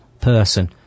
person